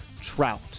trout